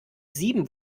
sieben